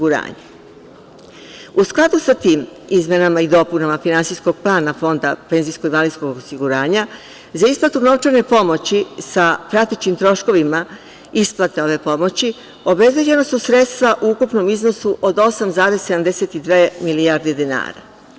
U skladu sa tim izmenama i dopunama finansijskog plana Fonda PIO, za isplatu novčane pomoći sa pratećim troškovima isplate ove pomoći, obezbeđena su sredstva u ukupnom iznosu od 8,72 milijarde dinara.